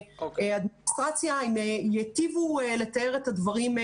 והם ייטיבו ממני לתאר את הדברים.